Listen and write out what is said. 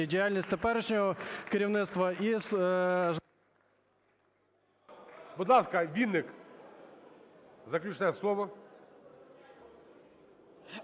діяльність теперішнього керівництва… ГОЛОВУЮЧИЙ. Будь ласка, Вінник, заключне слово.